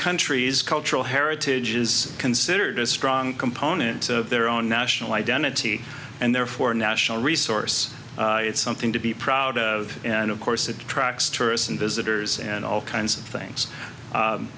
countries cultural heritage is considered a strong component of their own national identity and therefore a national resource it's something to be proud of and of course attracts tourists and visitors and all kinds of things